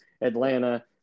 Atlanta